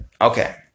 Okay